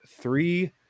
three –